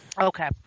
Okay